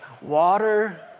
water